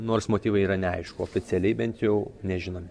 nors motyvai yra neaišku oficialiai bent jau nežinomi